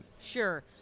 Sure